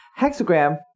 Hexagram